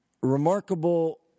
remarkable